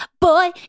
boy